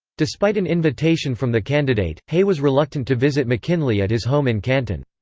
despite an invitation from the candidate, hay was reluctant to visit mckinley at his home in canton.